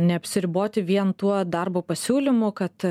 neapsiriboti vien tuo darbo pasiūlymu kad